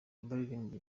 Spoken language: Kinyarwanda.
abaririmbyi